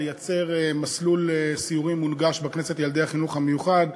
לייצר מסלול סיורים מונגש בכנסת לילדי החינוך המיוחד,